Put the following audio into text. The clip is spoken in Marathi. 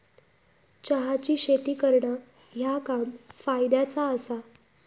चहाची शेती करणा ह्या काम फायद्याचा आसा